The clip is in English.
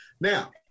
Now